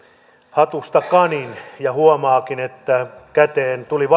hatusta kanin ja huomaakin että käteen tulivat